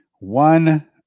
One